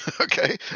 Okay